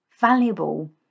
valuable